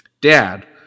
Dad